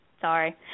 Sorry